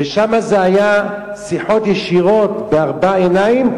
ושם זה היה שיחות ישירות בארבע עיניים,